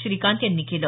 श्रीकांत यांनी केलं